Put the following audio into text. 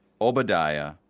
Obadiah